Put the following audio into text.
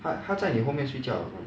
她她在你后面睡觉 ah